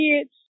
kids